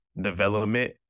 development